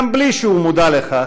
גם בלי שהוא מודע לכך,